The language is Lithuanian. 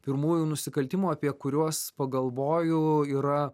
pirmųjų nusikaltimų apie kuriuos pagalvoju yra